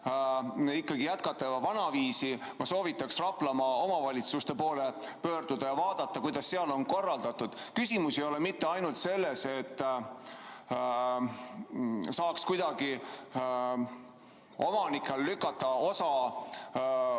ikkagi jätkata vanaviisi, ma soovitaks Raplamaa omavalitsuste poole pöörduda ja vaadata, kuidas seal on asjad korraldatud. Küsimus ei ole mitte ainult selles, et saaks kuidagi omanike kaela lükata osa